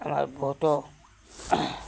আমাৰ বহুতো